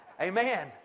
Amen